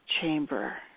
chamber